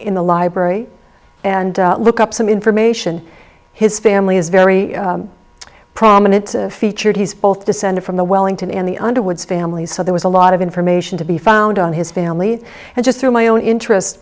in the library and look up some information his family is very prominent featured he's both descended from the wellington and the underwoods family so there was a lot of information to be found on his family and just through my own interest